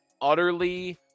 utterly